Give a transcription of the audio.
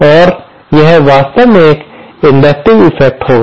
और यह वास्तव में एक इंडकटिव इफेक्ट होगा